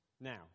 Now